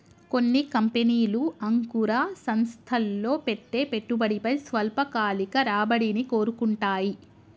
కొన్ని కంపెనీలు అంకుర సంస్థల్లో పెట్టే పెట్టుబడిపై స్వల్పకాలిక రాబడిని కోరుకుంటాయి